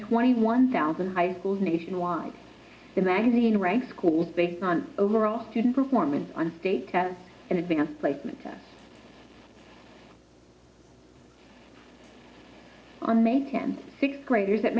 twenty one thousand high schools nationwide the magazine ranks schools based on overall student performance on state tests and advanced placement tests on may tenth sixth graders